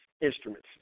instruments